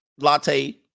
latte